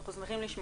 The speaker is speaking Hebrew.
אנחנו שמחים לשמוע,